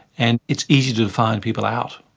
and it's easy to define people out.